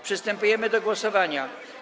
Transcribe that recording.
Przystępujemy do głosowania.